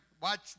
Watch